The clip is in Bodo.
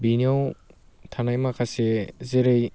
बेयाव थानाय माखासे जेरै